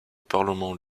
parlement